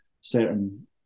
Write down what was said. certain